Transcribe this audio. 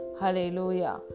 Hallelujah